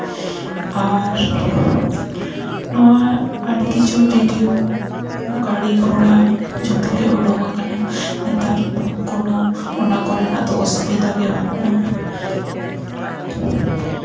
ᱟᱨ ᱱᱚᱶᱟ ᱟᱹᱰᱤ ᱠᱤᱪᱷᱩ ᱨᱮᱰᱤᱭᱳ ᱜᱟᱲᱤᱼᱜᱷᱳᱲᱟ ᱡᱚᱛᱚ ᱜᱮ ᱩᱰᱩᱝᱟᱠᱟᱱᱟ ᱱᱮᱛᱟᱨ ᱫᱚ ᱠᱳᱳ ᱚᱱᱟ ᱠᱚᱨᱮᱱᱟᱜ ᱫᱚ ᱚᱥᱩᱵᱤᱫᱟ ᱜᱮ ᱵᱟᱱᱩᱜᱼᱟ